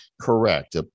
Correct